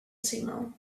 signal